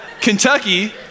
Kentucky